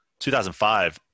2005